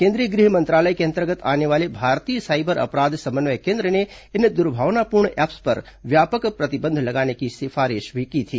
केंद्रीय गृह मंत्रालय के अंतर्गत आने वाले भारतीय साइबर अपराध समन्वय केंद्र ने इन दुर्भावनापूर्ण ऐप्स पर व्यापक प्रतिबंध लगाने की सिफारिश भी की थी